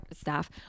staff